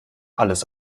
alles